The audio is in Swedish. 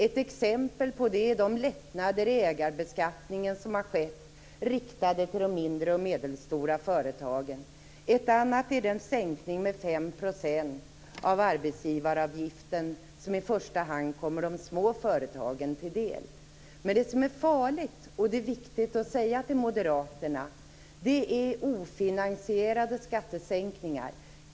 Ett exempel på det är de lättnader i ägarbeskattningen riktade mot de mindre och medelstora företagen som har skett. Ett annat exempel är den sänkning med 5 % av arbetsgivaravgiften som i första hand kommer de små företagen till del. Men det som är farligt, och det är det viktigt att säga till moderaterna, är ofinansierade skattesänkningar.